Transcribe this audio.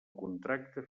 contracte